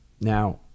Now